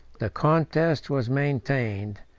the contest was maintained,